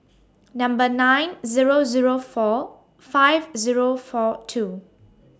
Number nine Zero Zero four five Zero four two